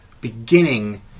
beginning